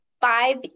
five